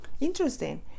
Interesting